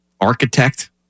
Architect